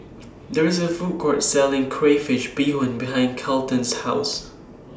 There IS A Food Court Selling Crayfish Beehoon behind Kolton's House